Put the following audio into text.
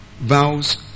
vows